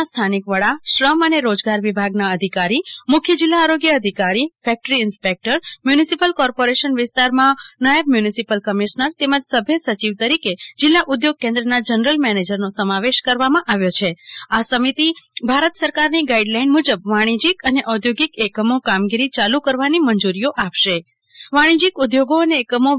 ના સ્થાનિક વડા શ્રમ અને રોજગાર વિભાગના અધિકારી મુખ્ય જિલ્લા આરોગ્ય અધિકારી ફેકટરી ઇન્સ્પેકટર મ્યુનિસીપલ કોર્પોરેશન વિસ્તારમાં નાયબ મ્યુનિસીપલ કમિશનર તેમજ સભ્ય સચિવ તરીકે જિલ્લા ઉદ્યોગ કેન્દ્રના જનરલ મેનેજરનો સમાવેશ કરવામાં આવ્યો છે આ સમિતિ ભારત સરકારની ગાઇડલાઇન મુજબ વાણિશ્વીક અને ઔદ્યોગિક એકમો કામગીરી ચાલુ કરવાની મંજુરીઓ આપશે વાણિજ્યીક ઊદ્યોગો અને એકમો તા